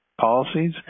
policies